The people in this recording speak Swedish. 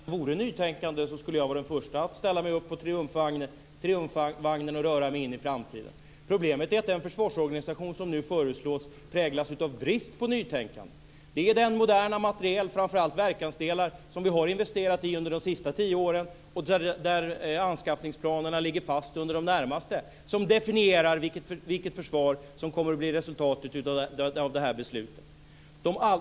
Fru talman! Om det ändå vore nytänkande skulle jag vara den förste att ställa mig upp på triumfvagnen och röra mig in i framtiden. Problemet är att den försvarsorganisation som nu föreslås präglas av brist på nytänkande. Det är den moderna materiel, framför allt verkansdelar, som vi har investerat i under de senaste tio åren och där anskaffningsplanerna ligger fast under de närmaste som definierar vilket försvar som kommer att bli resultatet av det här beslutet.